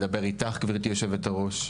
מדבר איתך גברתי יושבת-הראש,